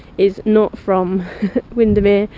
is not from windermere,